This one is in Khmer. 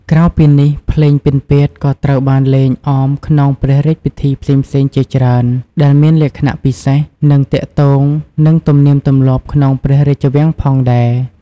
ក្រៅពីនេះ ភ្លេងពិណពាទ្យក៏ត្រូវបានលេងអមក្នុងព្រះរាជពិធីផ្សេងៗជាច្រើន ដែលមានលក្ខណៈពិសេស និងទាក់ទងនឹងទំនៀមទម្លាប់ក្នុងព្រះរាជវាំងផងដេរ។